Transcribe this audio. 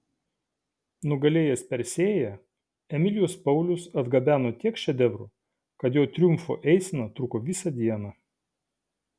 nugalėjęs persėją emilijus paulius atgabeno tiek šedevrų kad jo triumfo eisena truko visą dieną